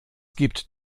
gibt